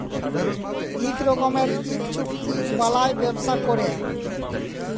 ইক রকমের ইক চুক্তি বালায় ব্যবসা ক্যরে